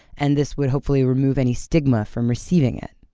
and this would hopefully remove any stigma from receiving it.